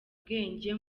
ubwenge